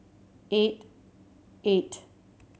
eight eight